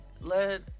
let